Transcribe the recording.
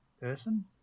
person